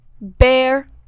bear